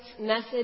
message